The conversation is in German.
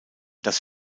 das